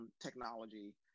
technology